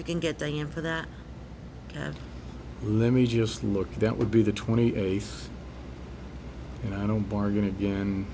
you can get the year for that and let me just look that would be the twenty eighth and i don't bargain again